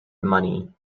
money